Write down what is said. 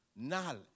knowledge